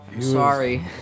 Sorry